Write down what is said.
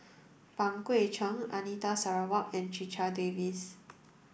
Pang Guek Cheng Anita Sarawak and Checha Davies